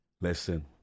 Listen